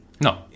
No